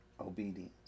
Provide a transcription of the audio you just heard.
obedience